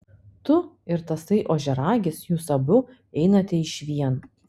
tu ir tasai ožiaragis jūs abu einate išvien